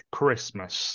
Christmas